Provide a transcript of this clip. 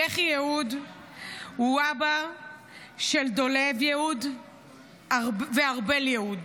יחי יהוד הוא אבא של דולב יהוד וארבל יהוד.